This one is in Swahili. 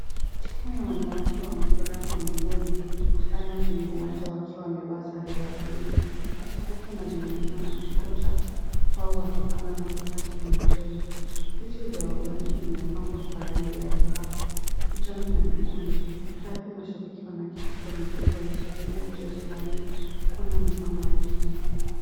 Timu ya wanawake wa mpira wa miguu wamejikusanya kwenye uwanja wakiwa wamevaa sare za bluu. Wachezaji wanazungumza na kocha wao wakipanga mikakati ya michezo. Viti vya waonaji vimepangwa kwa rangi ya dhahabu, kijani na nyekundu. Baadhi ya mashabiki wanaketi kwenye viti wakisubiri michezo uanze kuona mipango ya timu.